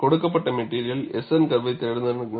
கொடுக்கப்பட்ட material S N கர்வை தேடுங்கள்